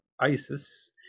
Isis